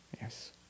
Yes